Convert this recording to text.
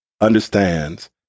understands